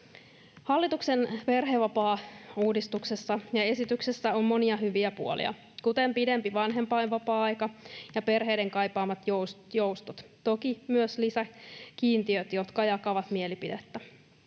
Hallituksen perhevapaauudistuksessa ja esityksessä on monia hyviä puolia, kuten pidempi vanhempainvapaa-aika ja perheiden kaipaamat joustot — toki myös lisäkiintiöt, jotka jakavat mielipidettä.